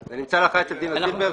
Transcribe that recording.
זה נמצא להכרעה אצל דינה זילבר.